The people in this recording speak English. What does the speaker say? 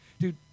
Dude